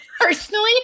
Personally